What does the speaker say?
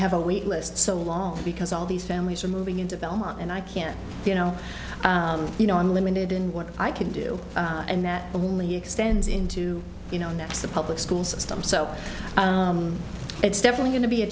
have a week list so long because all these families are moving into belmont and i can't you know you know i'm limited in what i can do and that only extends into you know next the public school system so it's definitely going to be a